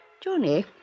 Johnny